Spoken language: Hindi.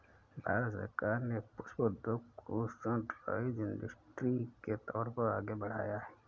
भारत सरकार ने पुष्प उद्योग को सनराइज इंडस्ट्री के तौर पर आगे बढ़ाया है